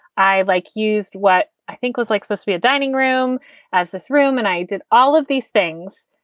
i like used what i think was like supposed to be a dining room as this room. and i did all of these things.